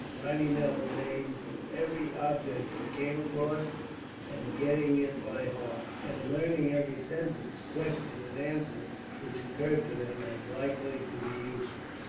writing down the names of every object they came across and getting it by heart, and learning every sentence, question, and answer which occurred to them as likely to be useful.